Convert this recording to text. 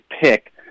pick